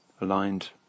Aligned